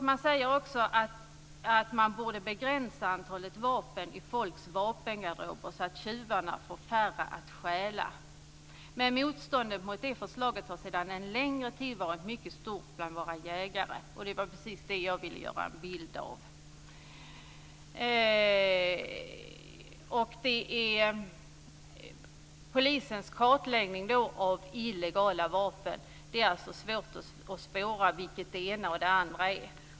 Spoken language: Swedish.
Man säger också att antalet vapen i folks vapengarderober borde begränsas så att tjuvarna får färre vapen att stjäla. Men motståndet mot det förslaget har sedan en längre tid varit stort bland våra jägare, och det var precis det jag ville ge en bild av. I polisens kartläggning av illegala vapen är det alltså svårt att spåra vilket det ena och det andra är.